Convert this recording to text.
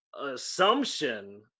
assumption